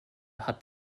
hat